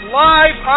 live